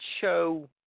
show